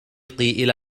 إلى